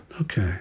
Okay